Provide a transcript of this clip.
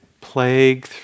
plague